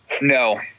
No